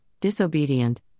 disobedient